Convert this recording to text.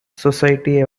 society